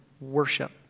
worship